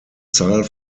zahl